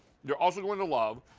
you are also going to love